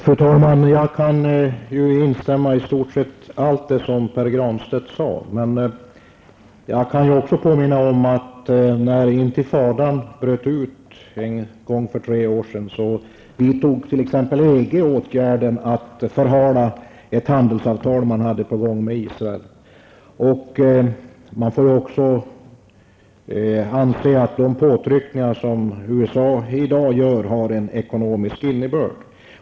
Fru talman! Jag kan instämma i stort sett allt vad Pär Granstedt sade, men jag kan också påminna om att t.ex. EG, i samband med att intifadan bröt ut en gång för tre år sedan, vidtog åtgärden att förhala ett handelsavtal man hade på gång med Israel. De påtryckningar som USA i dag gör kan väl också anses ha en ekonomisk innebörd.